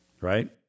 right